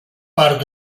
part